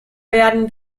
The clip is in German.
werden